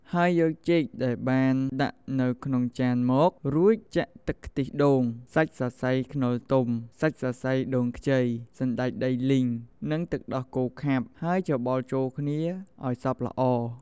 ហើយយកចេកដែលបានដាក់នៅក្នុងចានមក រួចចាក់ទឹកខ្ទិះដូង សាច់សរសៃខ្នុរទុំ សាច់សរសៃដូងខ្ចី សណ្ដែកដីលីង និងទឹកដោះគោខាប់ ហើយច្របល់ចូលគ្នាអោយសព្វល្អ។